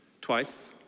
twice